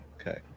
Okay